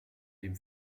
dem